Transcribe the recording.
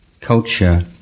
culture